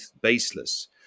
baseless